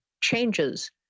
changes